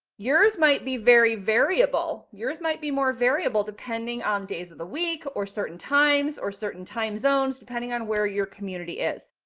yours might be very variable. yours might be more variable depending on days of the week or certain times or certain times zones depending on where your community is.